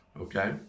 Okay